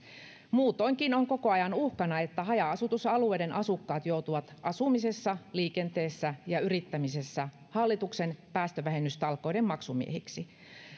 muutoinkin on koko ajan uhkana että haja asutusalueiden asukkaat joutuvat asumisessa liikenteessä ja yrittämisessä hallituksen päästövähennystalkoiden maksumiehiksi